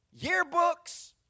yearbooks